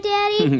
Daddy